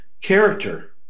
Character